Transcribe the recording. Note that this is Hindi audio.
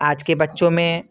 आज के बच्चों में